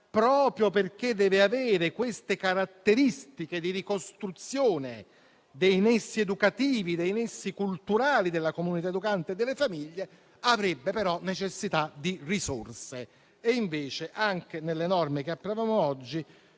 proprio perché deve avere queste caratteristiche di ricostruzione dei nessi educativi e culturali della comunità educante e delle famiglie, avrebbe però necessità di risorse e invece anche le norme che approviamo oggi